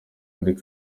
muri